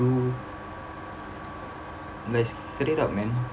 to like straight up man